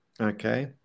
okay